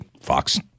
Fox